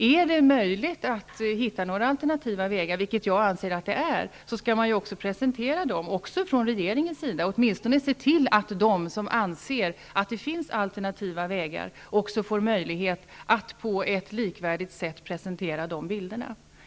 Är det möjligt att hitta några alternativa vägar -- vilket jag anser att det är -- skall regeringen också presentera dem, och åtminstone se till att de som anser att det finns alternativa vägar också får möjlighet att på ett likvärdigt sätt presentera de bilderna.